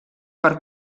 per